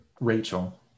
rachel